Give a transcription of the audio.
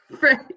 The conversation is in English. Right